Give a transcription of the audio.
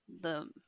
the-